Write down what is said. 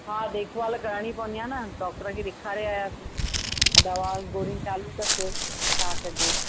हा देखभालु करणी पवंदी आ न डॉक्टर खे ॾेखारे आयासीं ऐं दवा गोरियूं चालू अथसि छा कजे